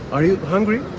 are you hungry?